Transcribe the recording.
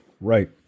Right